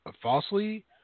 falsely